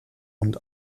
und